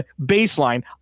baseline